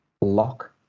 Lock